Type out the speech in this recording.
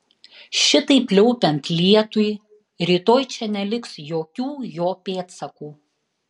šitaip pliaupiant lietui rytoj čia neliks jokių jo pėdsakų